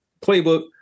playbook